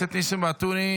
אתה בין כה וכה לא יכול לדבר,